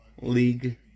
league